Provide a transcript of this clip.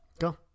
Go